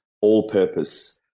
all-purpose